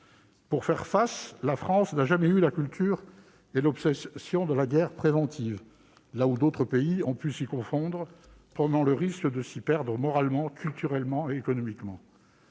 Pour faire face, la France n'a jamais eu la culture et l'obsession de la guerre préventive, là où d'autres pays ont pu s'y confondre, prenant le risque de s'y perdre moralement, culturellement et économiquement.